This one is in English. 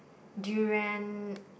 durian